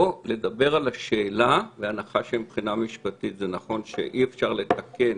או לדבר על השאלה בהנחה שמבחינה משפטית זה נכון שאי-אפשר לתקן